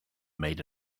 made